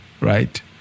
right